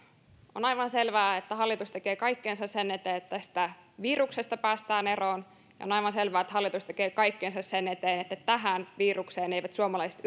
on aivan selvää että hallitus tekee kaikkensa sen eteen että tästä viruksesta päästään eroon ja on aivan selvää että hallitus tekee kaikkensa sen eteen että tähän virukseen eivät suomalaiset